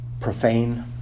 profane